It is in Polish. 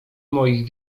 moich